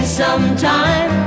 sometime